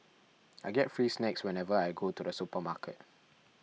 I get free snacks whenever I go to the supermarket